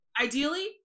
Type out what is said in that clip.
ideally